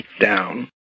down